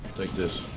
take this.